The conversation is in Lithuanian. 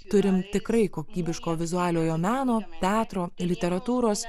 turim tikrai kokybiško vizualiojo meno teatro literatūros